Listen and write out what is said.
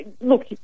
Look